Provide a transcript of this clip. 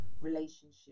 relationship